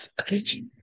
Okay